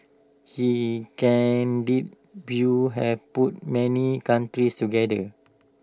his candid views have put many countries together